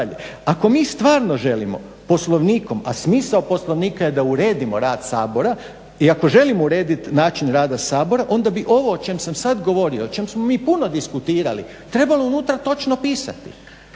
Ako mi stvarno želimo Poslovnikom, a smisao Poslovnika je da uredimo rad Sabora i ako želimo urediti način rada Sabora onda bi ovo o čem sam sad govorio, o čem smo mi puno diskutirali trebalo unutra točno pisati.